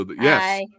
Yes